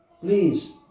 Please